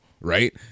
right